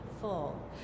full